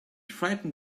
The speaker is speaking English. frightened